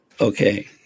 Okay